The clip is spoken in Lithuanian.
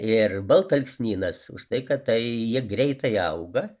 ir baltalksnynas už tai kad tai jie greitai auga